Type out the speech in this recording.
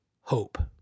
Hope